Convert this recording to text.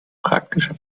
praktische